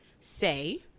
say